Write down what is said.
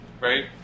right